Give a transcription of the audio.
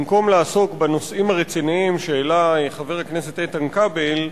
במקום לעסוק בנושאים הרציניים שהעלה חבר הכנסת איתן כבל,